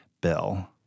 Bill